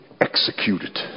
executed